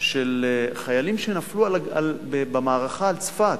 של חיילים שנפלו במערכה על צפת,